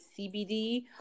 CBD